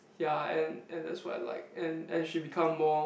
ya and and that's what I like and and she become more